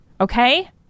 Okay